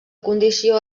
condició